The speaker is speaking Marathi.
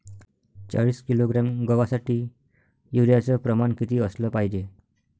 चाळीस किलोग्रॅम गवासाठी यूरिया च प्रमान किती असलं पायजे?